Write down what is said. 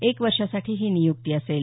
एक वर्षासाठी ही नियुक्ती असेल